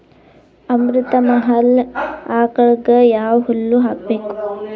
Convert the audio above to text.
ಅಮೃತ ಮಹಲ್ ಆಕಳಗ ಯಾವ ಹುಲ್ಲು ಹಾಕಬೇಕು?